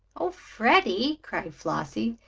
oh, freddie! cried flossie.